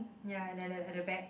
ya another at the back